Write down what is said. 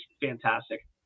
fantastic